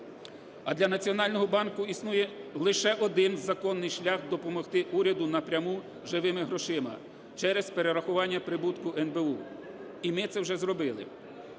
А для Національного банку існує лише один законний шлях – допомогти уряду напряму живими грошима через перерахування прибутку НБУ. І ми це вже зробили.